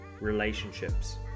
relationships